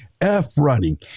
F-running